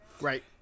Right